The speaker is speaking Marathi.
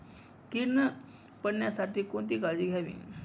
कीड न पडण्यासाठी कोणती काळजी घ्यावी?